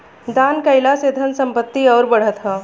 दान कईला से धन संपत्ति अउरी बढ़त ह